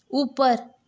उप्पर